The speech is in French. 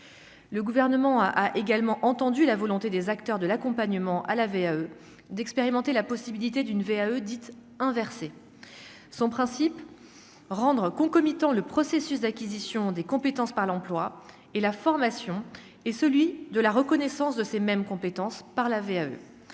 Le gouvernement a également entendu la volonté des acteurs de l'accompagnement à la VAE d'expérimenter la possibilité d'une VAE dites inverser son principe rendre concomitant, le processus d'acquisition des compétences par l'emploi et la formation, et celui de la reconnaissance de ces mêmes compétences par la VAE